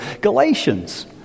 Galatians